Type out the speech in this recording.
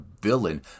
villain